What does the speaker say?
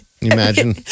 imagine